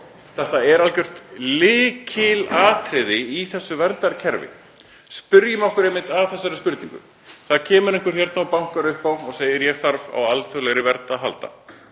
Þetta er algjört lykilatriði í þessu verndarkerfi. Spyrjum okkur einmitt þessarar spurningar. Það kemur einhver hingað og bankar upp á og segir: Ég þarf á alþjóðlegri vernd að halda.